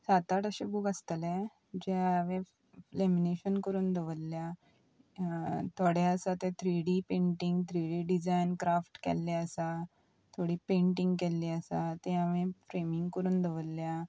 सात आठ अशें बूक आसतलें जें हांवें लॅमिनेशन करून दवरल्या थोडे आसा ते three D painting three D design craft केल्ले आसा थोडी पेंटींग केल्ली आसा ते हांवें फ्रेमींग करून दवरल्या